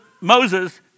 Moses